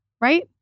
Right